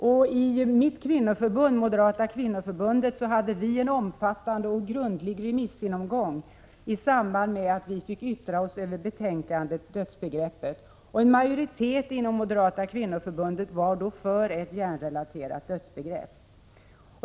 I det kvinnoförbund som jag tillhör, Moderata kvinnoförbundet, hade vi en omfattande och grundlig remissomgång i samband med att vi fick yttra oss över betänkandet Dödsbegreppet. En majoritet inom Moderata kvinnoförbundet var då för ett hjärnrelaterat dödsbegrepp.